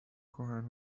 کهن